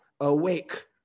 awake